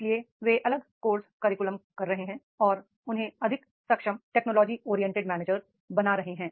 इसलिए वे अलग कोर्स करिकुलम कर रहे हैं और उन्हें अधिक सक्षम टेक्नोलॉजी ओरिएंटेड मैनेजर बना रहे हैं